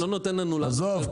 --- לא נותן לנו --- עזוב,